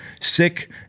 sick